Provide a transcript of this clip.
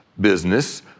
business